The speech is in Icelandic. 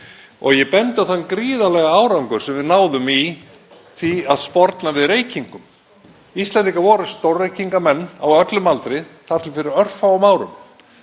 Ég bendi á þann gríðarlega árangur sem við náðum í því að sporna við reykingum. Íslendingar voru stórreykingarmenn á öllum aldri þar til fyrir örfáum árum.